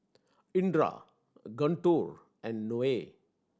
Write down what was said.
Indra Guntur and Noah